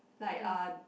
like uh